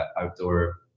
outdoor